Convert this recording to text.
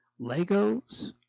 Legos